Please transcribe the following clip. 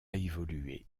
évolué